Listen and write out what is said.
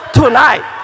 tonight